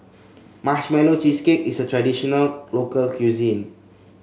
Marshmallow Cheesecake is a traditional local cuisine